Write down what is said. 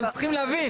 אתם צריכים להבין,